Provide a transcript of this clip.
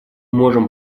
можем